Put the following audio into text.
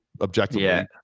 objectively